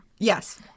Yes